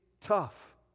tough